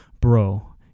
bro